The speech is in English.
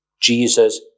Jesus